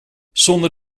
zonder